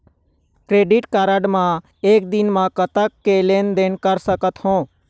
Credit card मे एक दिन म कतक के लेन देन कर सकत हो?